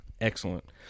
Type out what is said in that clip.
Excellent